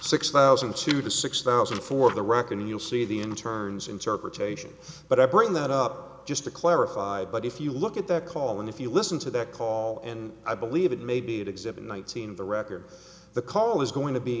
six thousand and two to six thousand for the record and you'll see the internes interpretation but i bring that up just to clarify but if you look at that call and if you listen to that call and i believe it may be exhibit nineteen the record the call is going to be